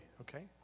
okay